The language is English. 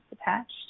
attached